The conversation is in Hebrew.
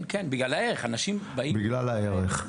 כן, כן, בגלל הערך.